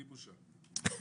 בלי בושה...